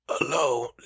alone